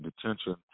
detention